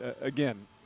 Again